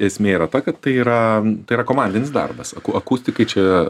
esmė yra ta kad tai yra tai yra komandinis darbas aku akustikai čia